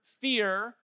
fear